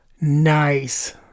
Nice